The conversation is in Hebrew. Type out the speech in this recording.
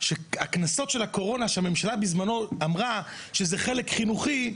שהקנסות של הקורונה שהממשלה בזמנו אמרה שזה חלק חינוכי,